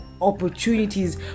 opportunities